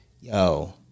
Yo